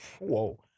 whoa